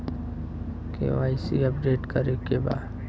KYC update करे के बा?